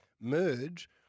merge